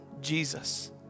Jesus